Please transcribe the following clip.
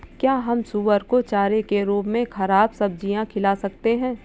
क्या हम सुअर को चारे के रूप में ख़राब सब्जियां खिला सकते हैं?